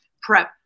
prep